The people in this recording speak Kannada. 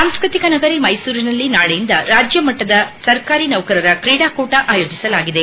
ಸಾಂಸ್ಕೃತಿಕ ನಗರಿ ಮೈಸೂರಿನಲ್ಲಿ ನಾಳೆಯಿಂದ ರಾಜ್ಯ ಮಟ್ಟದ ಸರ್ಕಾರಿ ನೌಕರರ ಕ್ರೀಡಾ ಕೂಟ ಆಯೋಜಿಸಲಾಗಿದೆ